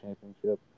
Championship